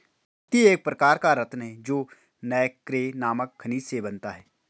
मोती एक प्रकार का रत्न है जो नैक्रे नामक खनिज से बनता है